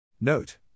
NOTE